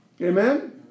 Amen